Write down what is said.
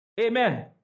Amen